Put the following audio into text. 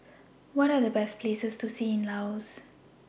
What Are The Best Places to See in Laos